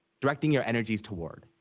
directing your energies toward.